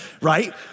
Right